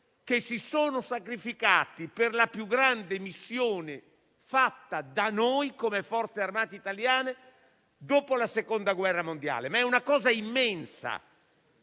che si sono sacrificati per la più grande missione fatta da noi come Forze armate italiane dopo la seconda guerra mondiale; è una cosa immensa.